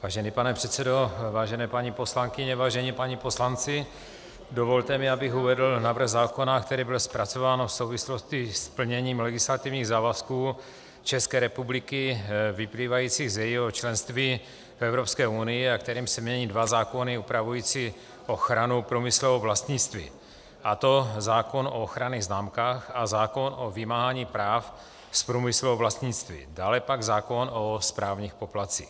Vážený pane předsedo, vážené paní poslankyně, vážení páni poslanci, dovolte mi, abych uvedl návrh zákona, který byl zpracován v souvislosti s plněním legislativních závazků České republiky vyplývajících z jejího členství v Evropské unii a kterým se mění dva zákony upravující ochranu průmyslového vlastnictví, a to zákon o ochranných známkách a zákon o vymáhání práv z průmyslového vlastnictví a dále pak zákon o správních poplatcích.